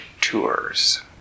Tours